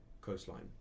coastline